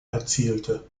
erzielte